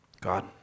God